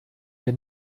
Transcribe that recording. wir